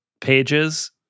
pages